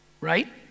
right